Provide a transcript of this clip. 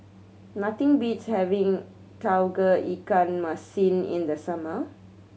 nothing beats having Tauge Ikan Masin in the summer